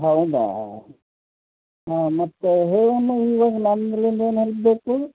ಹೌದಾ ಹಾಂ ಮತ್ತೆ ಹೇಳಮ್ಮ ಈವಾಗ ನಮ್ಮಲ್ಲಿಂದ ಏನು ಹೆಲ್ಪ್ ಬೇಕು